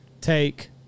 take